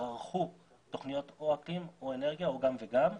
ערכו תוכניות או אקלים או אנרגיה או גם וגם.